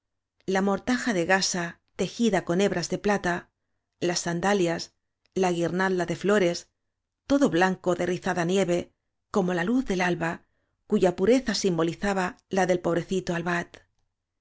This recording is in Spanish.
la mortaja de gasa tejida con hebras de plata las sandalias la guirnalda de flores todo blanco de rizada nieve como la luz del alba cuya pureza sim bolizaba la del pobrecito